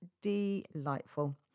delightful